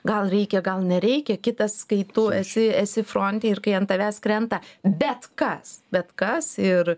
gal reikia gal nereikia kitas kai tu esi esi fronte ir kai ant tavęs krenta bet kas bet kas ir